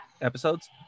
episodes